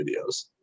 videos